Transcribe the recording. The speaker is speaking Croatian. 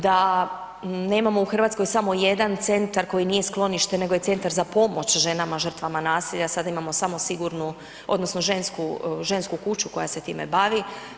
Da nemamo u Hrvatskoj samo jedan centar koji nije sklonište nego je centar za pomoć ženama žrtvama nasilja, sada imamo samo sigurnu odnosno žensku kuću koja se time bavi.